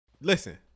listen